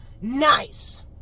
nice